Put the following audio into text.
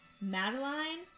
Madeline